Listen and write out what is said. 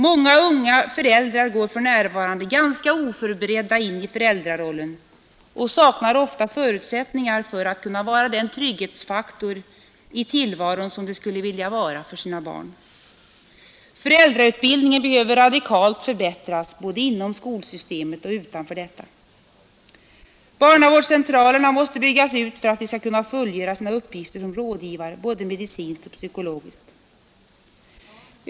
Många unga föräldrar går för närvarande ganska oförberedda in i föräldrarollen och saknar ofta förutsättningar för att kunna vara den trygghetsfaktor i tillvaron som de skulle vilja vara för sina barn. Föräldrautbildningen behöver radikalt förbättras både inom skolsystemet och utanför detta. Barnavårdscentralerna måste byggas ut för att de skall kunna fullgöra sina uppgifter som rådgivare, både medicinskt och psykologiskt.